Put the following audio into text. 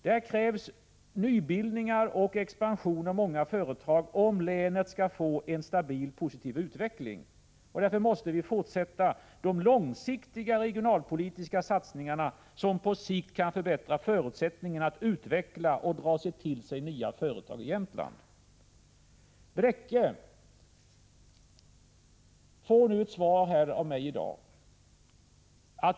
Där krävs nybildningar och expansion av många företag, om länet skall kunna få en stabil positiv utveckling. Därför måste vi fortsätta de långsiktiga regionalpolitiska satsningarna, som på sikt kan förbättra förutsättningarna för att man skall kunna utveckla företag, och dra till sig nya, i Jämtland. Bräcke får nu ett svar av mig i dag.